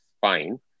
fine